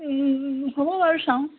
হ'ব বাৰু চাওঁ